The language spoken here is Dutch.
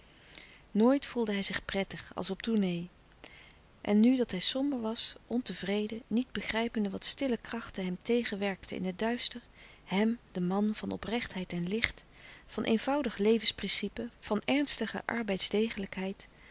nooit voelde hij zich prettig als op tournée en nu dat hij somber was ontevreden niet begrijpende wat stille krachten hem tegenwerkten in het duister hem den man van oprechtheid en licht van eenvoudig levensprincipe van ernstige